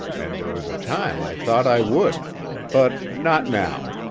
and there was a time i thought i would but not now.